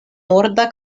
norda